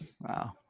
Wow